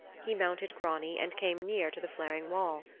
he mounted grani and came near to the flaring wall.